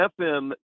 fm